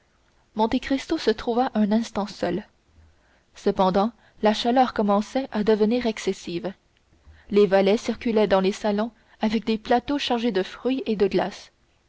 fils monte cristo se trouva un instant seul cependant la chaleur commençait à devenir excessive les valets circulaient dans les salons avec des plateaux chargés de fruits et de glaces